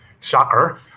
Shocker